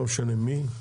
לא משנה מי,